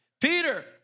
Peter